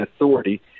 Authority